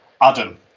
Adam